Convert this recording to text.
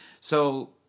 So-